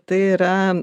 tai yra